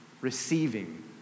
Receiving